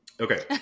okay